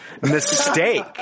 mistake